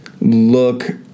look